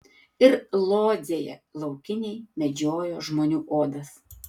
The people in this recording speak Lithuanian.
ir lodzėje laukiniai medžiojo žmonių odas